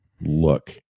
look